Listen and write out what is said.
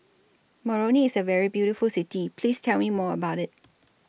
Moroni IS A very beautiful City Please Tell Me More about IT